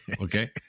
okay